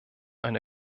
eine